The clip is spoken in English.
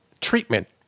treatment